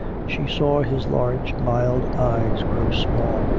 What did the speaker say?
she saw his large mild eyes grow small,